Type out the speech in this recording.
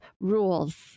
rules